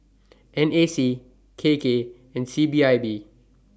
N A C K K and C P I B